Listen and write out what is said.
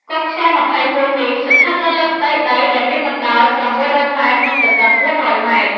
គុក ស.២១នេះ ស្ថិតនៅលើផ្ទៃដីដែលមានបណ្តោយ៦០០ ម៉ែត្រ និងទទឹង៤០០ ម៉ែត្រ។